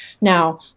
now